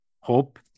hope